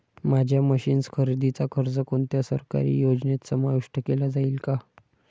माझ्या मशीन्स खरेदीचा खर्च कोणत्या सरकारी योजनेत समाविष्ट केला जाईल का?